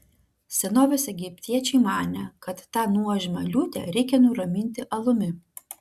senovės egiptiečiai manė kad tą nuožmią liūtę reikia nuraminti alumi